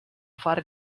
fare